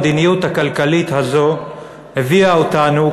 המדיניות הכלכלית הזו הביאה אותנו,